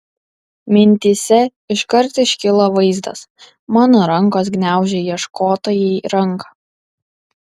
mintyse iškart iškilo vaizdas mano rankos gniaužia ieškotojai ranką